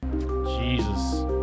Jesus